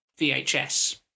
VHS